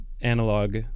analog